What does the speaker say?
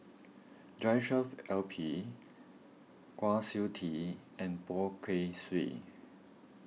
Joshua Ip Kwa Siew Tee and Poh Kay Swee